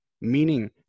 meaning